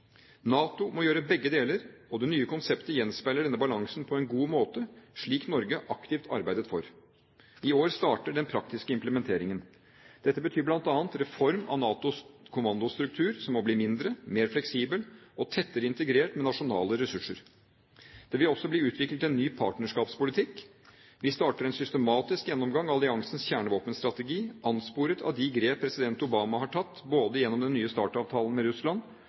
NATO må gjøre begge deler, og det nye konseptet gjenspeiler denne balansen på en god måte, slik Norge aktivt arbeidet for. I år starter den praktiske implementeringen. Dette betyr bl.a. reform av NATOs kommandostruktur, som må bli mindre, mer fleksibel og tettere integrert med nasjonale ressurser. Det vil også bli utviklet en ny partnerskapspolitikk. Vi starter en systematisk gjennomgang av alliansens kjernevåpenstrategi, ansporet av de grep president Obama har tatt, både gjennom den nye START-avtalen med Russland